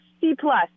C-plus